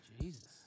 Jesus